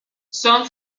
son